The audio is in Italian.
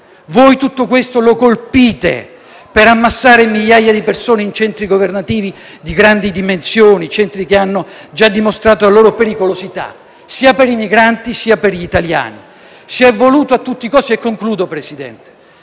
Voi tutto questo lo colpite per ammassare migliaia di persone in centri governativi di grandi dimensioni, che hanno già dimostrato la loro pericolosità sia per i migranti, sia per gli italiani. Presidente,